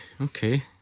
Okay